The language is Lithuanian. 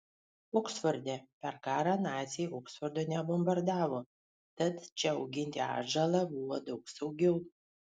oksforde per karą naciai oksfordo nebombardavo tad čia auginti atžalą buvo daug saugiau